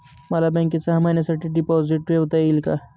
मला बँकेत सहा महिन्यांसाठी डिपॉझिट ठेवता येईल का?